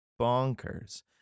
bonkers